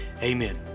Amen